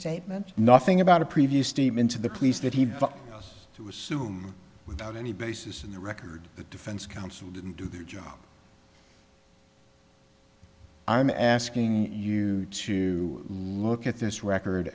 statement nothing about a previous statement to the police that he was to assume without any basis in the record the defense counsel didn't do their job i'm asking you to look at this record